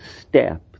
step